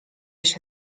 się